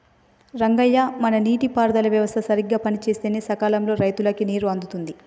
రంగయ్య మన నీటి పారుదల వ్యవస్థ సరిగ్గా పనిసేస్తే సకాలంలో రైతులకు నీరు అందుతుంది